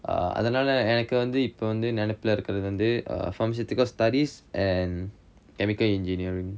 அதனால எனக்கு வந்து இப்ப வந்து நெனப்புல இருக்கிறது வந்து:athanaala enakku vanthu ippa vanthu nenappula irukkirathu vanthu pharmaceutical studies and chemical engineering